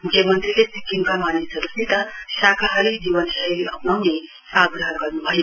मुख्यमन्त्रीले सिक्किमका मानिसहरुसित शाकाहारी जीवनशैली अप्नाउने आग्रह गर्नुभयो